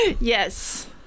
Yes